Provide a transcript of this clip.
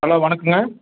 hello வணக்கம்ங்க